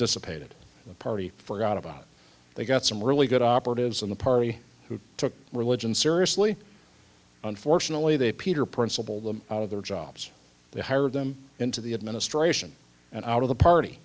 dissipated the party forgot about they got some really good operatives in the party who took religion seriously unfortunately they peter principle them out of their jobs they hired them into the administration and out of the party